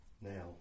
Now